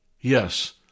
Yes